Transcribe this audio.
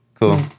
Cool